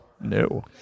No